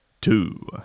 Two